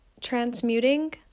transmuting